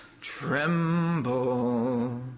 tremble